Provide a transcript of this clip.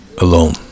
alone